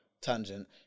Tangent